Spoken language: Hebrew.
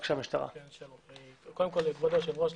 כבוד היושב ראש,